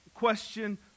question